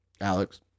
Alex